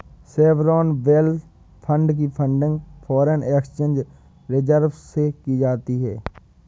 sovereign wealth fund की funding foreign exchange reserves से भी की जाती है